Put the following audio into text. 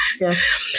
Yes